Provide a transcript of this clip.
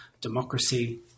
democracy